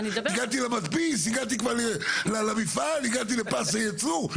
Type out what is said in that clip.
הגעתי למדפיס, הגעתי למפעל, הגעתי לפס הייצור.